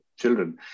children